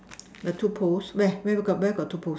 the two poles where where got where got two poles